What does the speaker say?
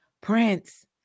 Prince